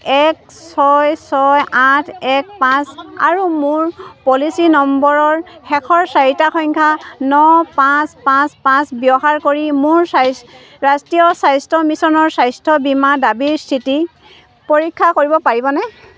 এক ছয় ছয় আঠ এক পাঁচ আৰু মোৰ পলিচী নম্বৰৰ শেষৰ চাৰিটা সংখ্যা ন পাঁচ পাঁচ পাঁচ ব্যৱহাৰ কৰি মোৰ ৰাষ্ট্ৰীয় স্বাস্থ্য মিছনৰ স্বাস্থ্য বীমা দাবীৰ স্থিতি পৰীক্ষা কৰিব পাৰিবনে